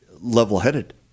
level-headed